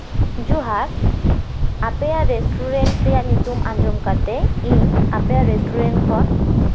ᱡᱚᱦᱟᱨ ᱟᱯᱮᱭᱟᱜ ᱨᱮᱥᱴᱩᱨᱮᱱᱴ ᱨᱮᱭᱟᱜ ᱧᱩᱛᱩᱢ ᱟᱸᱡᱚᱢ ᱠᱟᱛᱮᱜ ᱤᱧ ᱟᱯᱮᱭᱟᱜ ᱨᱮᱥᱴᱩᱨᱮᱱᱴ ᱠᱷᱚᱱ